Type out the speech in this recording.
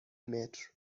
متر